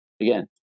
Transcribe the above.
again